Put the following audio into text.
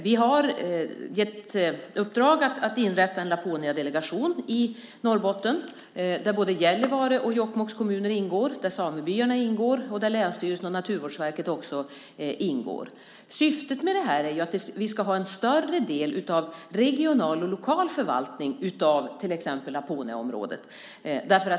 Vi har gett i uppdrag att inrätta en Laponiadelegation i Norrbotten där både Gällivare och Jokkmokks kommuner ingår, där samebyarna ingår och där länsstyrelsen och Naturvårdsverket också ingår. Syftet är att vi ska ha en större del av regional och lokal förvaltning av till exempel Laponiaområdet.